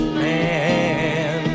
man